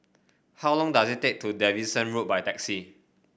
how long does it take to Davidson Road by taxi